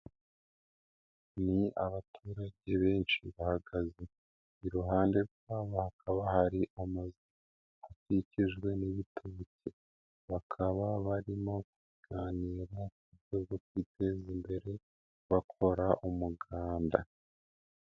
Ni abaturage benshi bahagaze, iruhande rwabo hakaba hari amazu akikijwe n'ibitoki, bakaba barimo kuganira mu rwego rwo kwiteza imbere bakora umuganda.